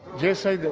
yes i do.